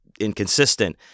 inconsistent